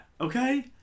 Okay